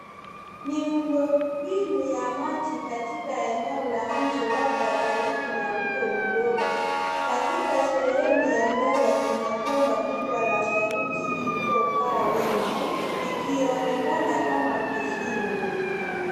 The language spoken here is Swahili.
Miundo mbinu ya maji katika eneo la nje labda karibu na mto mdogo. Katika sehemu ya mbele kuna bomba kubwa la saruji lililokaa wima, likionekana kama kisima.